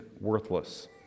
worthless